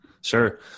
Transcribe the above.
Sure